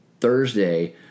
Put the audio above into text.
Thursday